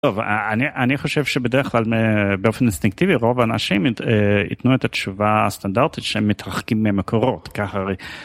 טוב אני חושב שבדרך כלל באופן אינסטינקטיבי רוב האנשים ייתנו את התשובה הסטנדרטית שהם מתרחקים ממקורות ככה